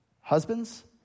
husbands